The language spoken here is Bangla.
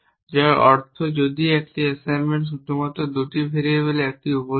যার অর্থ যদি একটি অ্যাসাইনমেন্ট শুধুমাত্র 2 ভেরিয়েবলের একটি উপসেট